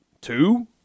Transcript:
Two